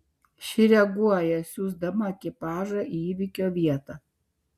ši reaguoja siųsdama ekipažą į įvykio vietą